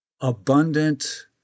abundant